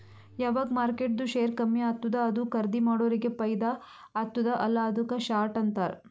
ಯಾವಗ್ ಮಾರ್ಕೆಟ್ದು ಶೇರ್ ಕಮ್ಮಿ ಆತ್ತುದ ಅದು ಖರ್ದೀ ಮಾಡೋರಿಗೆ ಫೈದಾ ಆತ್ತುದ ಅಲ್ಲಾ ಅದುಕ್ಕ ಶಾರ್ಟ್ ಅಂತಾರ್